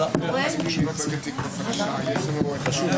הישיבה ננעלה בשעה